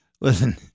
listen